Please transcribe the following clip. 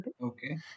Okay